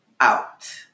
out